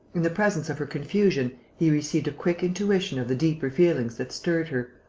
in the presence of her confusion, he received a quick intuition of the deeper feelings that stirred her,